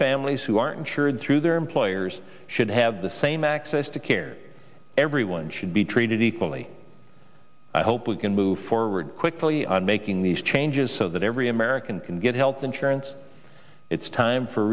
families who are insured through their employers should have the same access to care everyone should be treated equally i hope we can move forward quickly on making these changes so that every american can get health insurance it's time for